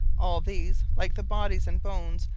all these, like the bodies and bones,